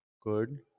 Good